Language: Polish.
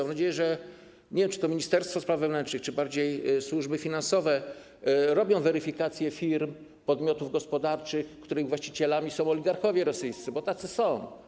Mam nadzieję, że ministerstwo spraw wewnętrznych czy bardziej służby finansowe dokonują weryfikacji firm, podmiotów gospodarczych, których właścicielami są oligarchowie rosyjscy, bo tacy są.